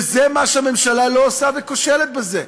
וזה מה שהממשלה לא עושה, וכושלת בזה.